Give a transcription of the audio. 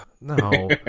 No